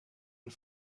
and